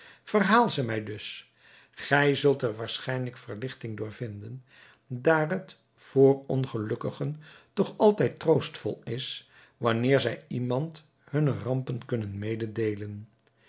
verhaal ze mij dus gij zult er waarschijnlijk verligting door vinden daar het voor ongelukkigen toch altijd troostvol is wanneer zij iemand hunne rampen kunnen mededeelen